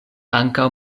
ankaŭ